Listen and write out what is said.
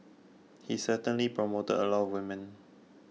he certainly promoted a lot of women